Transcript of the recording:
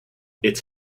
its